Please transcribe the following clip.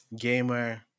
gamer